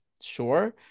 sure